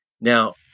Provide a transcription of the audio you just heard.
Now